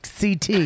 CT